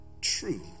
true